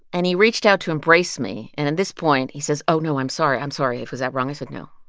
and he reached out to embrace me. and at this point, he says, oh, no. i'm sorry. i'm sorry. was that wrong? i said, no.